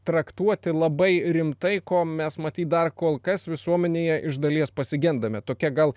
traktuoti labai rimtai ko mes matyt dar kol kas visuomenėje iš dalies pasigendame tokia gal